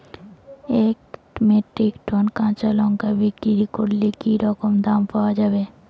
এক metric ton কাঁচা লঙ্কা বিক্রি করলে কি রকম দাম পাওয়া যাবে?